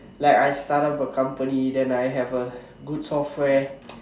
like I've started off a company and then I have a good software